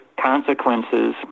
consequences